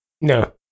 No